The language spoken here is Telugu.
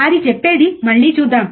అది చెప్పేది మళ్ళీ చూద్దాం